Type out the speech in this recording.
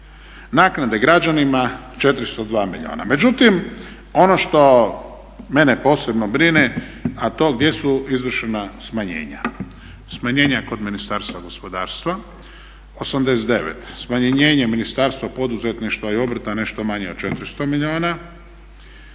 Naknade građanima 402 milijuna. Međutim, ono što mene posebno brine, a to gdje su izvršena smanjenja. Smanjenja kod Ministarstva gospodarstva 89, smanjenje Ministarstva poduzetništva i obrta nešto manje od 400 milijuna.